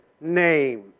name